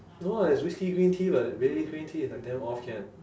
no [what] there's whiskey green tea but baileys green tea is like damn off can